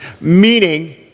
meaning